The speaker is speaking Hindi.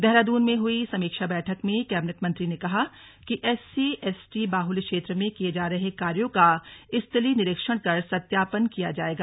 देहरादून में हुई समीक्षा बैठक ने कैबिनेट मंत्री ने कहा कि एससी एसटी बाहुल्य क्षेत्रों में किये जा रहे कार्यां का स्थलीय निरीक्षण कर सत्यापन किया जाएगा